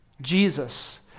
Jesus